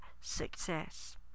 success